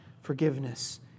forgiveness